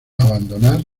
abandonar